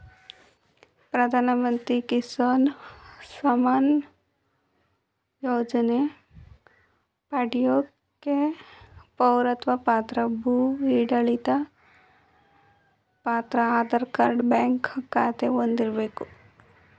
ಪ್ರಧಾನಮಂತ್ರಿ ಕಿಸಾನ್ ಸಮ್ಮಾನ್ ಯೋಜನೆ ಪಡ್ಯೋಕೆ ಪೌರತ್ವ ಪತ್ರ ಭೂ ಹಿಡುವಳಿ ಪತ್ರ ಆಧಾರ್ ಕಾರ್ಡ್ ಬ್ಯಾಂಕ್ ಖಾತೆ ಹೊಂದಿರ್ಬೇಕು